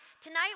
Tonight